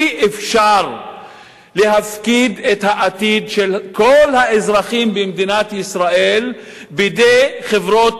אי-אפשר להפקיד את העתיד של כל האזרחים במדינת ישראל בידי חברות